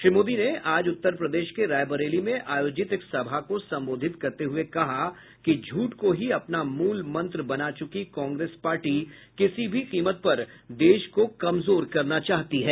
श्री मोदी ने आज उत्तर प्रदेश के रायबरेली में आयोजित एक सभा को संबोधित करते हुये कहा कि झूठ को ही अपना मूलमंत्र बना चुकी कांग्रेस पार्टी किसी भी कीमत पर देश को कमजोर करना चाहती है